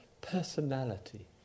personality